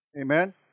Amen